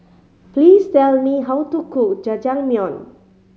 please tell me how to cook Jajangmyeon